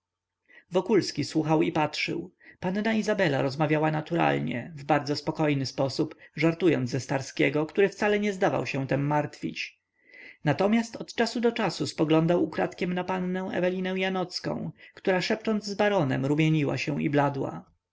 wokulski słuchał i patrzył panna izabela rozmawiała naturalnie w bardzo spokojny sposób żartując ze starskiego który wcale nie zdawał się tem martwić natomiast od czasu do czasu spoglądał ukradkiem na pannę ewelinę janocką która szepcząc z baronem rumieniła się i bladła